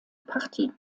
partie